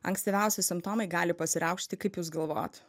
ankstyviausi simptomai gali pasireikšti kaip jūs galvojat